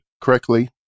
correctly